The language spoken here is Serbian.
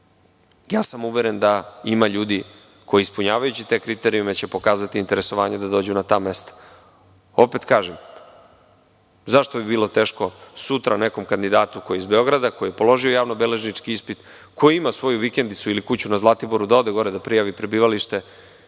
sam da ima ljudi koji ispunjavajući te kriterijume će pokazati interes da dođu na ta mesta. Opet kažem, zašto bi bilo teško sutra nekom kandidatu koji je iz Beograd, koji je položio javno beležnički ispit, koji ima svoju vikendicu ili kuću na Zlatiboru, da ode gore da prijavi prebivalište